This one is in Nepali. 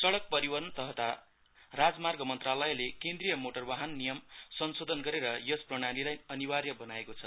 सडक परिवहन तथा राजमार्ग मन्त्रालयले केन्द्रिय मोटर वाहन नियम संशोधन गरेर यस प्रणालीलाई अनिवार्य बनाएको छ